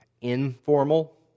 informal